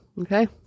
Okay